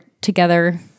together